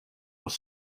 was